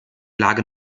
lage